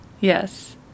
Yes